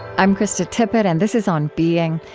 i'm krista tippett, and this is on being.